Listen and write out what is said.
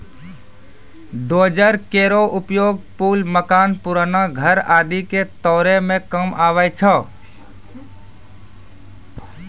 dozer केरो उपयोग पुल, मकान, पुराना घर आदि क तोरै म काम आवै छै